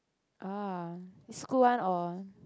ah is school one or